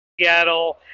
Seattle